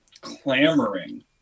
clamoring